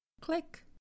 Click